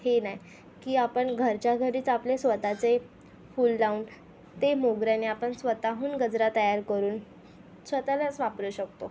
हे नाही की आपण घरच्या घरीच आपले स्वत चे फूल लावून ते मोगऱ्याने आपण स्वत हून गजरा तयार करून स्वत लाच वापरू शकतो